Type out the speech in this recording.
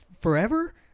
forever